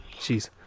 Jeez